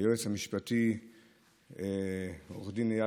היועץ המשפטי עו"ד איל